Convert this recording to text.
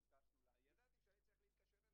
נהרג עכשיו עובד או נפצע קשה,